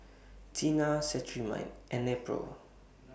Tena Cetrimide and Nepro